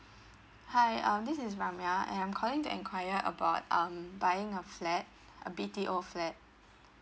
hi um this is brahmayya I'm calling to enquire about um buying a flat uh B_T_O flat